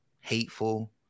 hateful